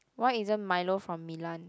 why isn't Milo from Milan